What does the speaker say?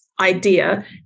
idea